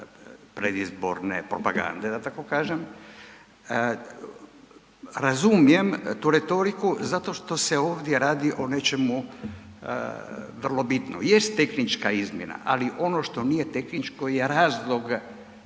predizborne propagande da tako kažem, razumijem tu retoriku zato što se ovdje radi o nečemu vrlo bitnom. Jest tehnička izmjena, ali ono što nije tehničko je razlog